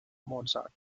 mozart